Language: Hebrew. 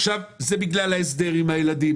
בגלל ההסדר של הילדים,